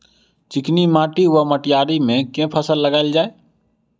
चिकनी माटि वा मटीयारी मे केँ फसल लगाएल जाए?